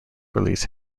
release